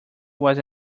was